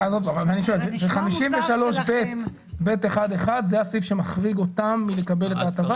סעיף 53ב(ב1)(1) זה הסעיף שמחריג אותם מלקבל את ההטבות?